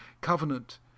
Covenant